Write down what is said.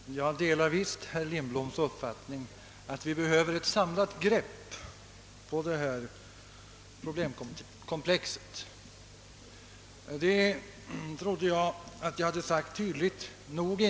Herr talman! Jag delar visst herr Lindholms uppfattning att vi behöver ett samlat grepp på detta problemkomplex. Det trodde jag att jag hade sagt tydligt nog.